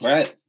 Right